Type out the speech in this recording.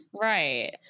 Right